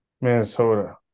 Minnesota